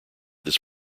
this